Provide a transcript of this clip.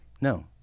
no